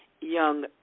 young